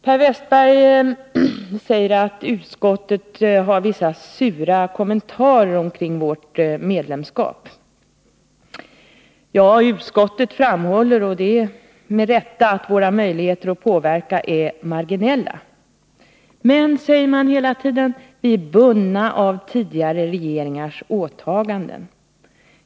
Per Westerberg säger att utskottet har vissa sura kommentarer till vårt medlemskap. Ja, utskottet framhåller, och det med rätta, att våra möjligheter att påverka är marginella. Men vi är bundna av tidigare regeringars åtaganden, säger utskottet.